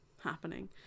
happening